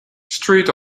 street